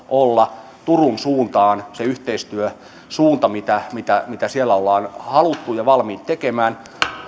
olla turun suuntaan se yhteistyösuunta mitä mitä siellä ollaan haluttu ja valmiit tekemään